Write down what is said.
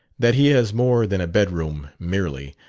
that he has more than a bedroom merely.